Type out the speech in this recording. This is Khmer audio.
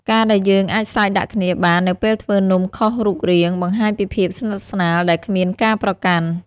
ការដែលយើងអាចសើចដាក់គ្នាបាននៅពេលធ្វើនំខុសរូបរាង បង្ហាញពីភាពស្និទ្ធស្នាលដែលគ្មានការប្រកាន់។